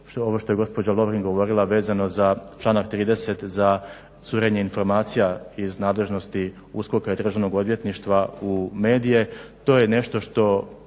ovo što je gospođa Lovrin govorila vezano za članak 30. za curenje informacija iz nadležnosti USKOK-a i Državnog odvjetništva u medije. To je nešto što